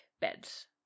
beds